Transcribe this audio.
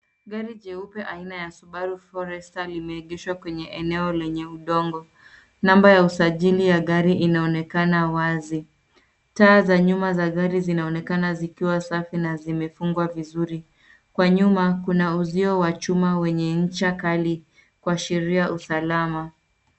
Gari jeupe aina ya Subaru Forester limeegeshwa kwenye eneo lenye udongo namba ya usajili ya gari inaonekana wazi, taa za nyuma za gari zinaonekana zikiwa safi na zimefungwa vizuri. Kwa nyuma kuna uzio wa chuma wenye ncha kali kwashiria usalama.